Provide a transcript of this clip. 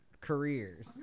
careers